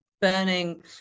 burning